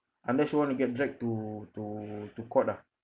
unless you want to get dragged to to to court ah